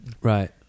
Right